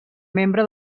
membre